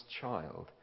child